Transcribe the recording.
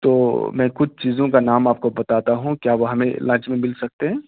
تو میں کچھ چیزوں کا نام آپ کو بتاتا ہوں کیا وہ ہمیں لنچ میں مل سکتے ہیں